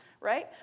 right